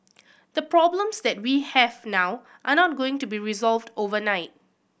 the problems that we have now are not going to be resolved overnight